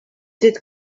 that